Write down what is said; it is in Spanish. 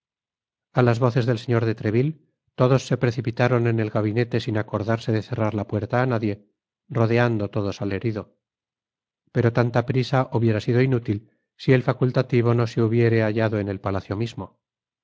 a las voces del señor de treville todos se precipitaron en el gabinete sin acordarse de cerrar la puerta á nadie rodeando todos al herido pero tanta prisa hubiera sido inútil si el facultativo no se hubiere hallado en el palacio mismo